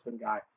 guy